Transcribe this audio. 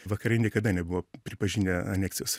vakarai niekada nebuvo pripažinę aneksijos